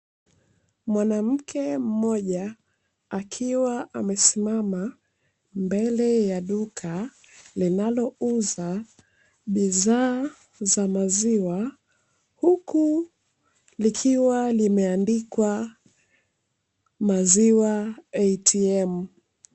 Mwanamke mmoja akiwa amesimama mbele ya duka likiwa linauza bidhaa za maziwa